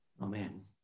Amen